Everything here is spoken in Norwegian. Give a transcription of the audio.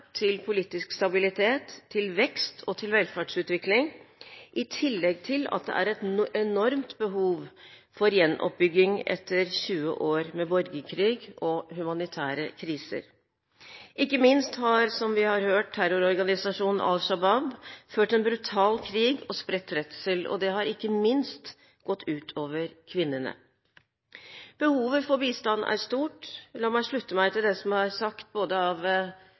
til politisk stabilitet, til vekst og til velferdsutvikling, i tillegg til at det er et enormt behov for gjenoppbygging etter 20 år med borgerkrig og humanitære kriser. Ikke minst har – som vi har hørt – terrororganisasjonen Al Shabaab ført en brutal krig og spredt redsel. Det har ikke minst gått ut over kvinnene. Behovet for bistand er stort. La meg slutte meg til det som er blitt sagt, både av